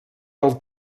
del